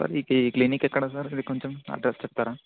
sir ఈ clinic ఎక్కడ sir అది కొంచెం అడ్రస్ చెప్తారా